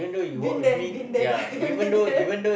been there been there done that been there